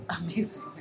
amazing